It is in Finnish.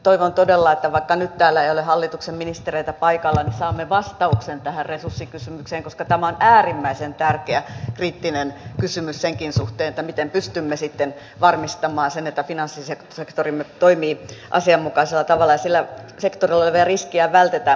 toivon todella että vaikka nyt täällä ei ole hallituksen ministereitä paikalla niin saamme vastauksen tähän resurssikysymykseen koska tämä on äärimmäisen tärkeä kriittinen kysymys senkin suhteen miten pystymme sitten varmistamaan sen että finanssisektorimme toimii asianmukaisella tavalla ja sillä sektorilla olevia riskejä vältetään